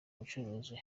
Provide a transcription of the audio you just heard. ubucuruzi